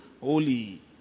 holy